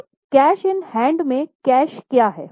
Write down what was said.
अब cash in hand में cash क्या है